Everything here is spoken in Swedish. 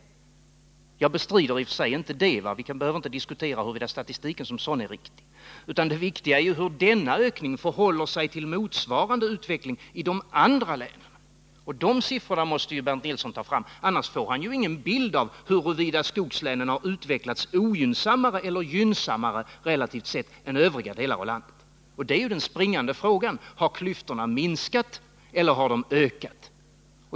I och för sig bestrider jag inte det — och vi behöver ju inte diskutera huruvida statistiken som sådan är riktig — men det viktiga är hur denna ökning i skogslänen förhåller sig till motsvarande utveckling i de andra länen. De siffrorna måste Bernt Nilsson ta fram; annars får han ju ingen bild av huruvida skogslänen har utvecklats ogynnsammare eller gynnsammare relativt sett än övriga delar av landet. Den springande frågan är: Har klyftorna minskat eller har de ökat?